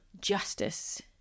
justice